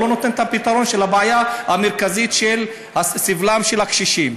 אבל לא נותן את הפתרון לבעיה המרכזית של סבלם של הקשישים.